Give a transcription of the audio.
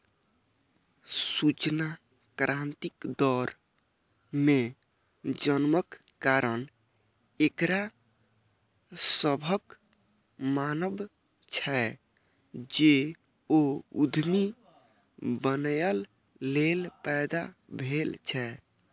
सूचना क्रांतिक दौर मे जन्मक कारण एकरा सभक मानब छै, जे ओ उद्यमी बनैए लेल पैदा भेल छै